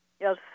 Yes